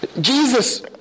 Jesus